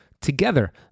Together